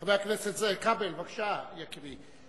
חבר הכנסת כבל, בבקשה, יקירי.